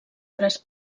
tres